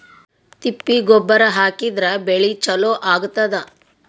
ತಿಪ್ಪಿ ಗೊಬ್ಬರ ಹಾಕಿದ್ರ ಬೆಳಿ ಚಲೋ ಆಗತದ?